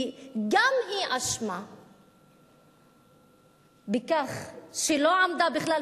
כי גם היא אשמה בכך שהיא לא עמדה בכלל,